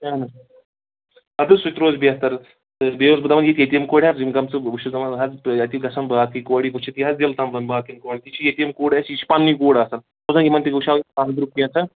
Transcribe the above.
کیٚنٛہہ نہ حظ اَدٕ حظ سُہ تہِ روزِ بہتر تہٕ بیٚیہِ اوسُس بہٕ دَپان یہِ ییٚتیٖم کورِ حظ یِم گٔمژٕ بہٕ چھُس دَپان حظ اَتی گژھان باقٕے کوری وُچھِتھ یہِ حظ دِل تام زَن باقٕیَن کورِ تہِ چھِ ییٚتیٖم کوٗڑ اَسہِ یہِ چھِ پَنٕنۍ کوٗر آسان بہٕ اوسُس دَپان یِمَن تہِ وُچھاو خنٛدٕرُک کِینٛژھا